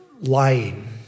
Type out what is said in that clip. lying